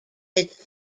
its